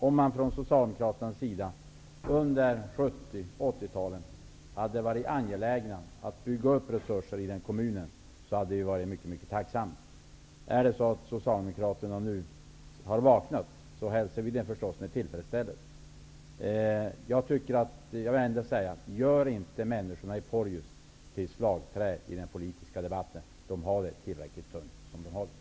Om man från Socialdemokraternas sida under 70 och 80-talen hade varit angelägen om att bygga upp resurser i denna kommun, hade vi varit mycket tacksamma. Om Socialdemokraterna nu har vaknat hälsar vi det förstås med tillfredsställelse. Jag vill ändå säga till Ingela Thale n: Gör inte människorna i Porjus till slagträn i den politiska debatten! De har det tillräckligt tungt som de har det.